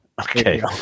Okay